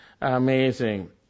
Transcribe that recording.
amazing